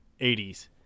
80s